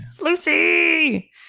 Lucy